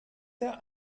der